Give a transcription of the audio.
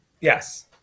Yes